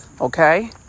okay